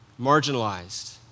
Marginalized